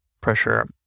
pressure